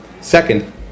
Second